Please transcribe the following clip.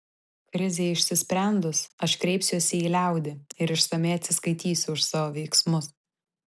krizei išsisprendus aš kreipsiuosi į liaudį ir išsamiai atsiskaitysiu už savo veiksmus